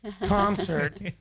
concert